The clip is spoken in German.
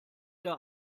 der